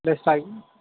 లేదు సా ఈ